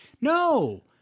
no